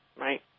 Right